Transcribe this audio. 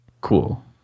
Cool